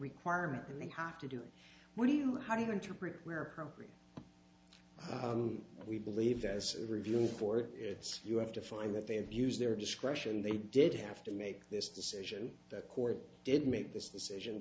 requirement and they have to do it what do you how do you interpret where appropriate we believe this review board it's you have to find that they have used their discretion they did have to make this decision that court did make this decision